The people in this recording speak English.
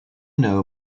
know